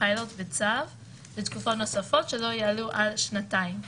הפילוט בצו לתקופות נוספות שלא יעלו על שנתיים.